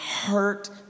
hurt